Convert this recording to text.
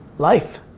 life.